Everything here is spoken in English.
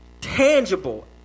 tangible